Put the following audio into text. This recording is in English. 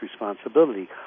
responsibility